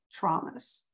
traumas